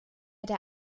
der